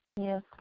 Yes